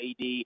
AD